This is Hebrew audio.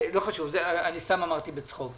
אני סתם אמרתי בצחוק.